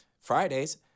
fridays